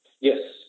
Yes